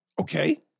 Okay